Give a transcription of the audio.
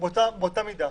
באותה מידה.